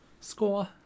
Score